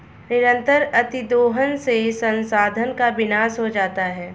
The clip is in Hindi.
निरंतर अतिदोहन से संसाधन का विनाश हो सकता है